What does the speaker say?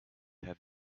have